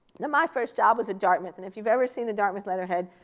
and my first job was at dartmouth. and if you've ever seen the dartmouth letterhead,